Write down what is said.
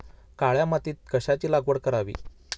काळ्या मातीत कशाची लागवड करावी?